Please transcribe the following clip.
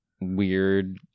weird